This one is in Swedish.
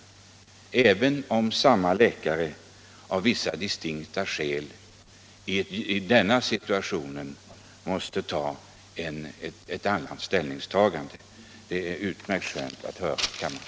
Även om samme läkare av vissa distinkta skäl i denna situation måste göra ett annat ställningstagande är det skönt att höra ett sådant anförande i kammaren.